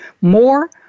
more